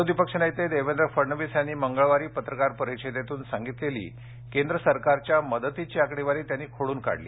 विरोधी पक्षनेते देवेंद्र फडणवीस यांनी मंगळवारी पत्रकार परिषदेतू सांगितलेली केंद्र सरकारच्या मदतीची आकडेवारी त्यांनी खोडून काढली